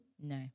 No